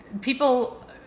people